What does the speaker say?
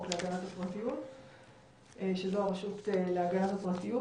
להגנת הפרטיות שזו הרשות להגנת הפרטיות.